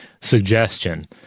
suggestion